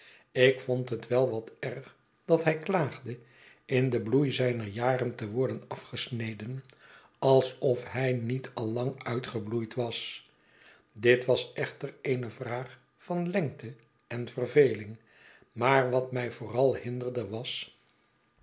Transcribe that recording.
ik vond het wel wat erg dat hij klaagde in den bloei zijner jaren te worden afgesneden alsof hij niet al lang uitgebloeid was dit was echter eene vraag van lengte en verveling maar wat mij vooral hinderde was